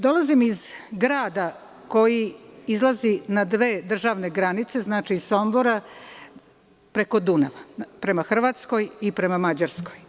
Dolazim iz grada koji izlazi na dve državne granice, znači Sombora, preko Dunava, prema Hrvatskoj i prema Mađarskoj.